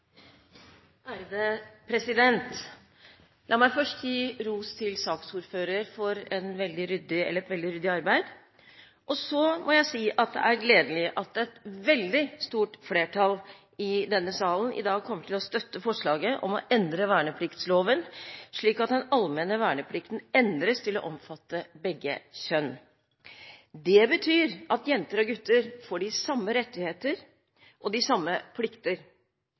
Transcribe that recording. La meg først gi ros til saksordføreren for et veldig ryddig arbeid. Så må jeg si at det er gledelig at et veldig stort flertall i denne salen i dag kommer til å støtte forslaget om å endre vernepliktsloven slik at den allmenne verneplikten endres til å omfatte begge kjønn. Det betyr at jenter og gutter får de samme rettigheter og de samme plikter.